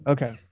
Okay